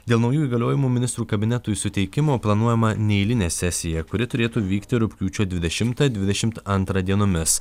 dėl naujų įgaliojimų ministrų kabinetui suteikimo planuojama neeilinė sesija kuri turėtų vykti rugpjūčio dvidešimtą dvidešimt antrą dienomis